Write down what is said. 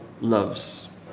loves